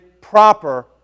proper